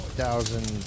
thousand